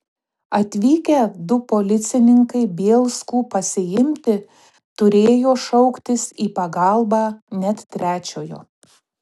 atvykę du policininkai bielskų pasiimti turėjo šauktis į pagalbą net trečiojo